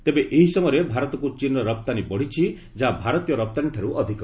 ତେବେ ଏହି ସମୟରେ ଭାରତକୁ ଚୀନ୍ର ରପ୍ତାନୀ ବଢ଼ିଛି ଯାହା ଭାରତୀୟ ରପ୍ତାନୀଠାରୁ ଅଧିକ